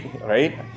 right